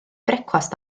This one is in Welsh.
brecwast